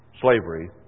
slavery